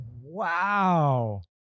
wow